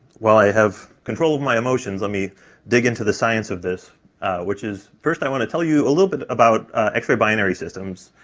while i have control of my emotions, let me dig into the science of this which is, first i want to tell you a little bit about x-ray binary systems,